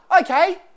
okay